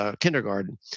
kindergarten